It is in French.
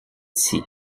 ici